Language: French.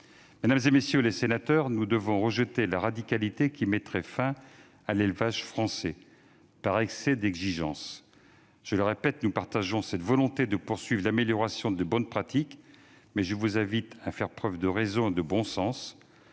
Mesdames, messieurs les sénateurs, nous devons rejeter la radicalité qui mettrait fin à l'élevage français par excès d'exigence. Je le répète, nous partageons la volonté de poursuivre l'amélioration des bonnes pratiques, mais je vous invite à faire preuve de raison et de bon sens.